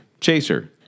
Chaser